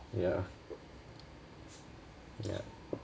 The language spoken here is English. ya ya